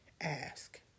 ask